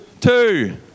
Two